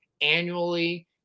annually